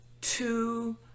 two